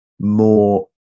more